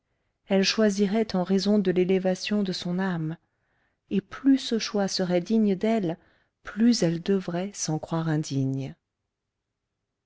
elle choisirait en raison de l'élévation de son âme et plus ce choix serait digne d'elle plus elle devrait s'en croire indigne